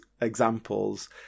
examples